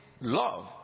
love